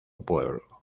pueblo